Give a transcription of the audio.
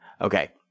Okay